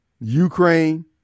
Ukraine